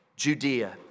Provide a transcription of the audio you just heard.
Judea